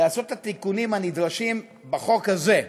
לעשות את התיקונים הנדרשים בחוק הזה.